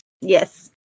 Yes